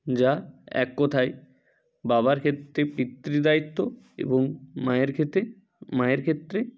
যা এক কথায় বাবার ক্ষেত্রে পিতৃ দায়িত্ব এবং মায়ের ক্ষেত্রে মায়ের ক্ষেত্রে